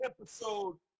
episode